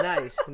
Nice